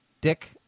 Dick